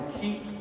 keep